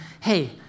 Hey